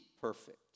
perfect